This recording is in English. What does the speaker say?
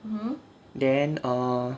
then err